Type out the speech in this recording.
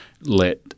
let